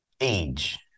age